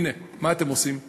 הנה, מה אתם עושים היום?